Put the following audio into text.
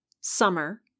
Summer